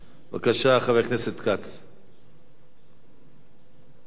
בבקשה, חבר הכנסת